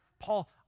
Paul